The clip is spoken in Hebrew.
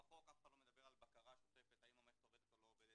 ולאור מה שאנחנו רואים וחווים מההתנכלויות ומה שרואים